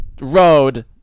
road